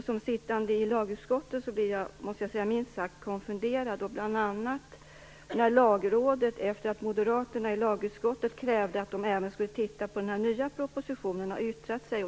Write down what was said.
Som ledamot i Lagutskottet blir jag minst sagt konfunderad, bl.a. när lagrådet har yttrat sig, efter det att moderaterna i lagutskottet krävt att man även skulle titta på den nya propositionen.